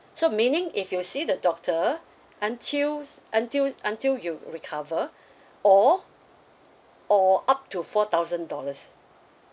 so meaning if you see the doctor until until until you recover or or up to four thousand dollars